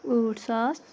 ٲٹھ ساس